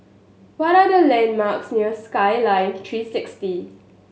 what are the landmarks near Skyline Three Sixty